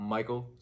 Michael